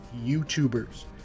youtubers